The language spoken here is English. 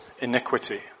iniquity